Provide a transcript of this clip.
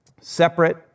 separate